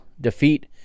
defeat